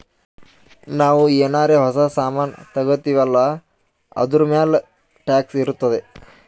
ನಾವು ಏನಾರೇ ಹೊಸ ಸಾಮಾನ್ ತಗೊತ್ತಿವ್ ಅಲ್ಲಾ ಅದೂರ್ಮ್ಯಾಲ್ ಟ್ಯಾಕ್ಸ್ ಇರ್ತುದೆ